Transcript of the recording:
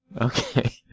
Okay